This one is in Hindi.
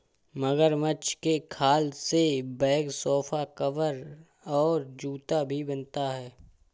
मगरमच्छ के खाल से बैग सोफा कवर और जूता भी बनता है